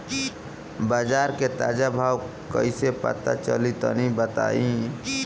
बाजार के ताजा भाव कैसे पता चली तनी बताई?